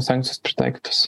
sankcijos pritaikytos